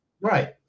Right